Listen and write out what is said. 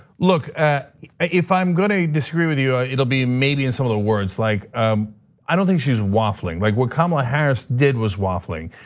look, if i'm gonna disagree with you, ah it'll be maybe in some of the words, like um i don't think she's waffling. like what kamala harris did was waffling,